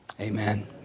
amen